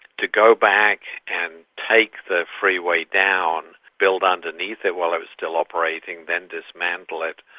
to go back and take the freeway down, build underneath it while it was still operating, then dismantle it,